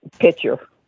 picture